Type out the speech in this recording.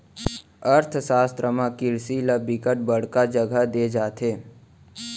अर्थसास्त्र म किरसी ल बिकट बड़का जघा दे जाथे